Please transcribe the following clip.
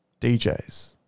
DJs